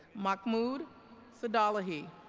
mahmoud sadollahi